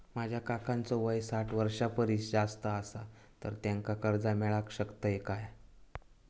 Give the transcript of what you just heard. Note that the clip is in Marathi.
माझ्या काकांचो वय साठ वर्षां परिस जास्त आसा तर त्यांका कर्जा मेळाक शकतय काय?